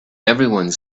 everyone